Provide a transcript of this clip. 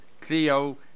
Cleo